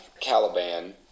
Caliban